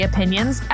Opinions